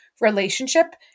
relationship